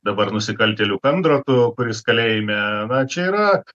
dabar nusikaltėliu kandrotu kuris kalėjime na čia yra